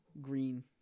Green